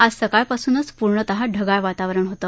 आज सकाळ पासूनच प्र्णतः ढगाळ वातावरण होते